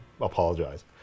apologize